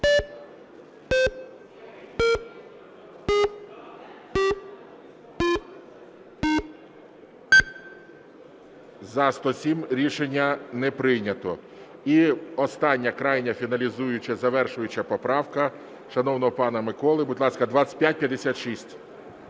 За-107 Рішення не прийнято. І остання крайня, фіналізуюча, завершуюча, поправка шановного пана Миколи. Будь ласка, 2556.